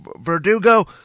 Verdugo